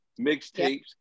mixtapes